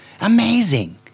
amazing